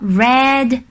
red